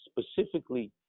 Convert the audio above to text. specifically